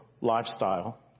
lifestyle